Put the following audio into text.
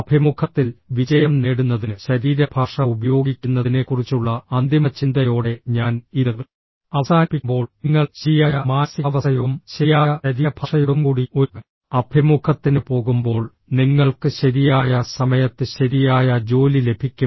അഭിമുഖത്തിൽ വിജയം നേടുന്നതിന് ശരീരഭാഷ ഉപയോഗിക്കുന്നതിനെക്കുറിച്ചുള്ള അന്തിമ ചിന്തയോടെ ഞാൻ ഇത് അവസാനിപ്പിക്കുമ്പോൾ നിങ്ങൾ ശരിയായ മാനസികാവസ്ഥയോടും ശരിയായ ശരീരഭാഷയോടും കൂടി ഒരു അഭിമുഖത്തിന് പോകുമ്പോൾ നിങ്ങൾക്ക് ശരിയായ സമയത്ത് ശരിയായ ജോലി ലഭിക്കും